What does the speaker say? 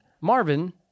marvin